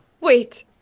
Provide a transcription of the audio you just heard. Wait